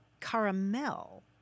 caramel